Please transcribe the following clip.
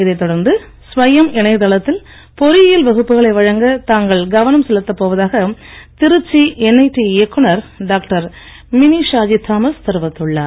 இதை தொடர்ந்து ஸ்வயம் இணைதளத்தில் பொறியியல் வகுப்புகளை வழங்க தாங்கள் கவனம் செலுத்தப் போவதாக திருச்சி என்ஐடி இயக்குநர் டாக்டர் மினி ஷாஜி தாமஸ் தெரிவித்துள்ளார்